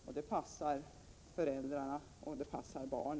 Det är ett förslag som passar både föräldrar och barn.